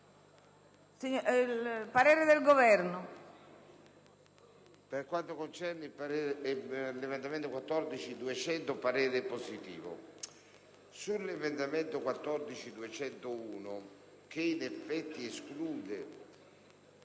al parere del Governo.